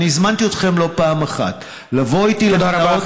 הזמנתי אתכם לא פעם אחת לבוא איתי למנהרות